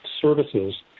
services